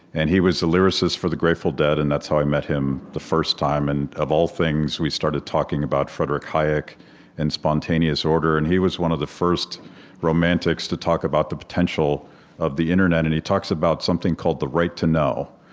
and he was a lyricist for the grateful dead, and that's how i met him the first time. and of all things, we started talking about friedrich hayek and spontaneous order. and he was one of the first romantics to talk about the potential of the internet. and he talks about something called the right to know.